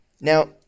Now